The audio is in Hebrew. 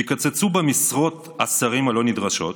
תקצצו במשרות השרים הלא-נדרשות,